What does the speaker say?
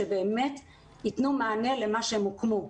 שבאמת יתנו מענה לצורך שלשמו הם הוקמו,